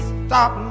stop